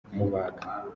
kumubaga